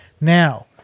Now